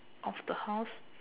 of the house